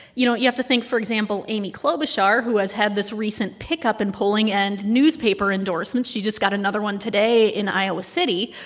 you know, you have to think for example, amy klobuchar, who has had this recent pickup in polling and newspaper endorsements she just got another one today in iowa city